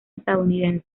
estadounidense